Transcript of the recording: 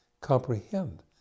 comprehend